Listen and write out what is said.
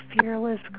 fearless